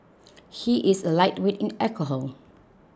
he is a lightweight in alcohol